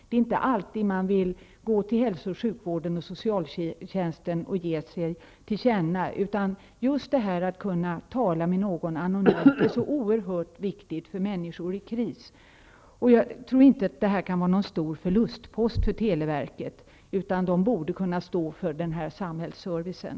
Det är inte alltid man vill gå till hälso och sjukvården eller socialtjänsten och ge sig till känna. Just att kunna tala med någon anonymt är så oerhört viktigt för människor i kris. Jag tror inte att detta kan vara någon stor förlustpost för televerket. Man borde kunna stå för den här samhällsservicen.